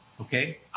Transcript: Okay